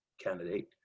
candidate